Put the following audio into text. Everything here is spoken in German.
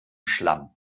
schlamm